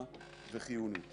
זה המקום להגיד